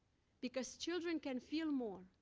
because children can feel more,